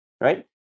Right